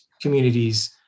communities